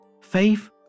Faith